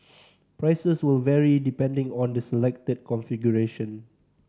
prices will vary depending on the selected configuration